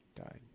died